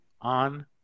on